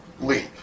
leave